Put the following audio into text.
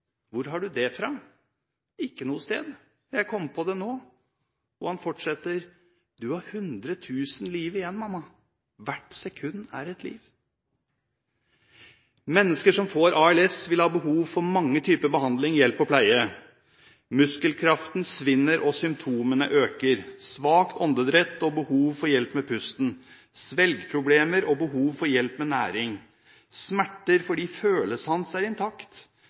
Hvor har du det fra? Ikke noe sted. Jeg kom på det nå. Og han fortsetter: – Du har mange hundre tusen liv igjen mamma. Hvert sekund er et liv.» Mennesker som får ALS, vil ha behov for mange typer behandling, hjelp og pleie. Muskelkraften svinner og symptomene øker, svakt åndedrett og behov for hjelp med pusten, svelgeproblemer og behov for hjelp med næring, smerter fordi følesans er intakt,